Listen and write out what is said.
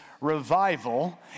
revival